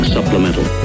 Supplemental